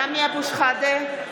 (קוראת בשמות חברי הכנסת) סמי אבו שחאדה,